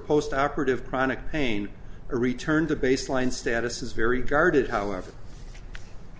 post operative chronic pain a return to baseline status is very guarded however